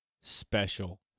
special